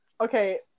Okay